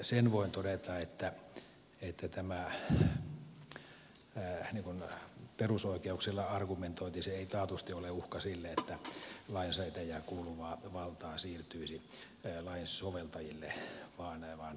sen sijaan sen voin todeta että tähän perusoikeuksilla argumentointiin ei taatusti sisälly sellaista uhkaa että lainsäätäjälle kuuluvaa valtaa siirtyisi lain soveltajille vaan päinvastoin